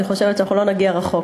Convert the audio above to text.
אני חושבת שאנחנו לא נגיע רחוק.